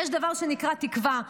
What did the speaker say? יש דבר שנקרא תקווה,